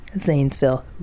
zanesville